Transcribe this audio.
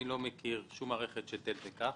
אני לא מכיר שום מערכת של תן וקח.